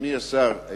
אדוני השר,